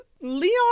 Leon